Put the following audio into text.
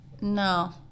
No